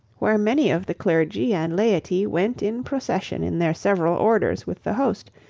where many of the clergy and laity went in procession in their several orders with the host,